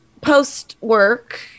post-work